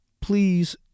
please